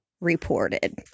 reported